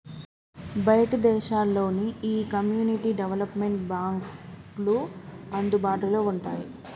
బయటి దేశాల్లో నీ ఈ కమ్యూనిటీ డెవలప్మెంట్ బాంక్లు అందుబాటులో వుంటాయి